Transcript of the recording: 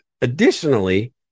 Additionally